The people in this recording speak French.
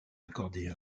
accorder